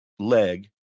leg